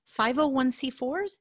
501c4s